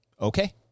okay